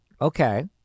Okay